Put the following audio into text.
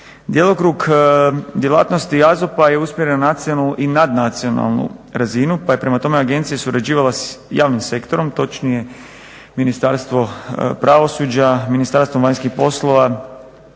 Djelokrug djelatnosti AZOP-a je usmjeren na nacionalnu i nadnacionalnu razinu pa je prema tome agencija surađivala sa javnim sektorom točnije Ministarstvom pravosuđa, Ministarstvom vanjskih poslova